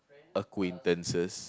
acquaintances